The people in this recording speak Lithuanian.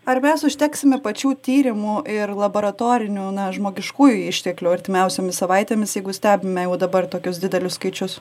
ar mes užteksime pačių tyrimų ir laboratorinių na žmogiškųjų išteklių artimiausiomis savaitėmis jeigu stebime jau dabar tokius didelius skaičius